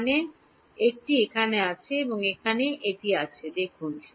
এখানে একটি এখানে আছে এবং এখানে একটি আছে দেখুন